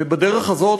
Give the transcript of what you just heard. ובדרך הזאת,